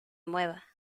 mueva